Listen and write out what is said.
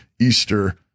Easter